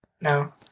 No